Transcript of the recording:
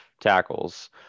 tackles